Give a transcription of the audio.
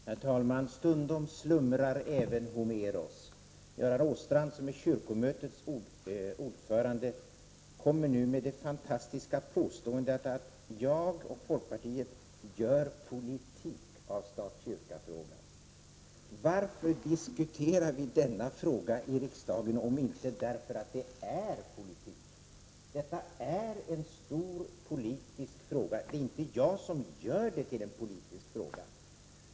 Herr talman! Stundom slumrar även Homeros. Göran Åstrand, som är kyrkomötets ordförande, kommer nu med det fantastiska påståendet att jag och folkpartiet gör politik av kyrka-stat-frågan. Vi diskuterar denna fråga i riksdagen därför att det är politik! Detta är en stor politisk fråga. Det är inte jag som gör det till en politisk fråga.